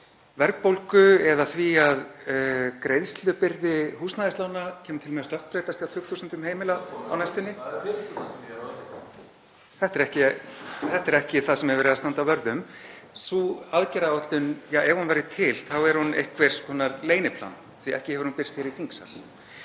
verðbólgu eða því að greiðslubyrði húsnæðislána kemur til með að stökkbreytast hjá tugþúsundum heimila á næstunni? (Gripið fram í.)Þetta er ekki það sem er verið að standa vörð um. Sú aðgerðaáætlun — ja, ef hún væri til þá er hún einhvers konar leyniplan, því ekki hefur hún birst hér í þingsal.